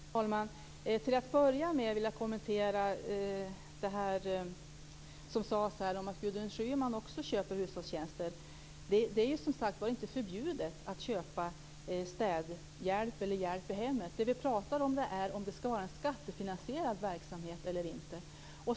Fru talman! Till att börja med vill jag kommentera det som sades om att Gudrun Schyman också köper hushållstjänster. Det är som sagt var inte förbjudet att köpa städhjälp eller annan hjälp i hemmet. Vad vi talar om är om det skall vara en skattefinansierad verksamhet eller inte.